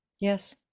Yes